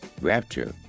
Rapture